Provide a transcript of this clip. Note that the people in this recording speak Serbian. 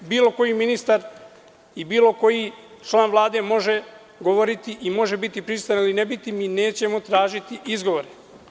Bilo koji ministar i bilo koji član Vlade može govoriti i može biti prisutan, ali mi nećemo tražiti izgovore.